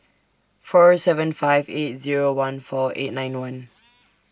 four seven five eight Zero one four eight nine one